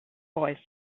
boy